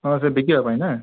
ହଁ ସେ ବିକିବା ପାଇଁ ନା